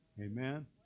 Amen